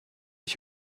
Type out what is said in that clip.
ich